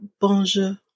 Bonjour